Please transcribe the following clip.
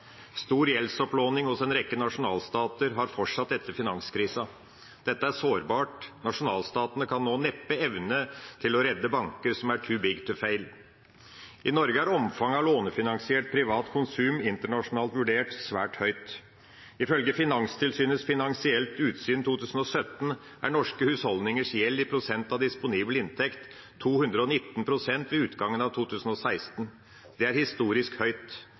Stor gjeldsopplåning hos en rekke nasjonalstater har fortsatt etter finanskrisa. Dette er sårbart. Nasjonalstatene kan nå neppe evne å redde banker som er «too big to fail». I Norge er omfanget av lånefinansiert privat konsum internasjonalt vurdert svært høyt. Ifølge Finanstilsynets Finansielt utsyn 2017 er norske husholdningers gjeld i prosent av disponibel inntekt 219 pst. ved utgangen av 2016. Det er historisk høyt.